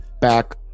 back